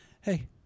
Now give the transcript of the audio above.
hey